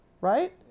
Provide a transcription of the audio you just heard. Right